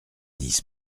dix